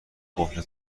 قفل